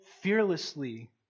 fearlessly